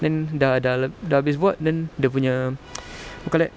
then sudah sudah le~ sudah habis buat then dia punya what you call that